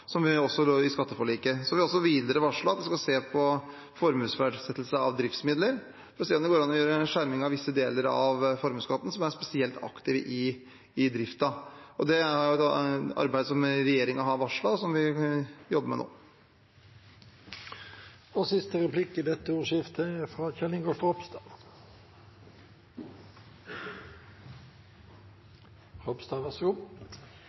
som også lå i skatteforliket. Det er også videre varslet at vi skal se på formuesverdisettelse av driftsmidler, for å se om det går an å skjerme visse deler av formuesskatten som er spesielt aktive i driften. Det er et arbeid som regjeringen har varslet, og som vi jobber med nå. Først vil jeg si at jeg ønsker finansministeren lykke til, og jeg er